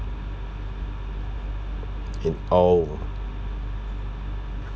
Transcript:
in awe